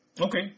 Okay